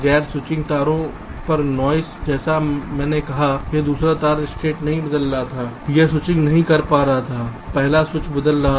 गैर स्विचिंग तारों पर नॉइस जैसा कि मैंने कहा है यह दूसरा तार स्टेट नहीं बदल रहा था यह स्विचिंग नहीं कर रहा था पहला स्विच बदल रहा था